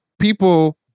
people